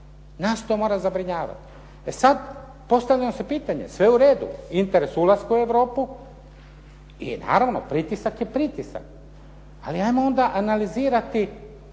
Nas to mora zabrinjavati. E sad, postavljamo si pitanje. Sve je u redu, interes ulaska u Europu i naravno, pritisak je pritisak. Ali hajmo onda analizirati